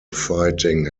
fighting